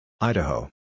Idaho